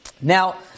Now